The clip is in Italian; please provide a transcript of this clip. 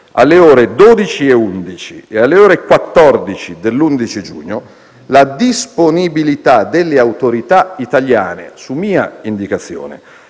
alle ore 12,11 e alle ore 14 dell'11 giugno, la disponibilità delle autorità italiane, su mia indicazione,